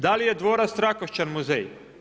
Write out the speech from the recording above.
Da li je dvorac Trakošćan muzej?